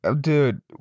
Dude